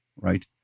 right